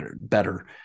better